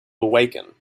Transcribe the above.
awaken